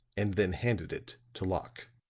and then handed it to locke.